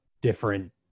different